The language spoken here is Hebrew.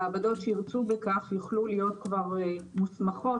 המעבדות שירצו בכך יוכלו להיות כבר מוסמכות